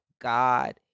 God